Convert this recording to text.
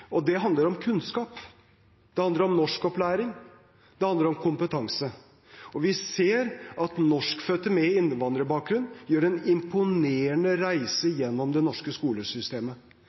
Det handler om kunnskap, det handler om norskopplæring, det handler om kompetanse. Vi ser at norskfødte med innvandrerbakgrunn gjør en imponerende reise gjennom det norske skolesystemet.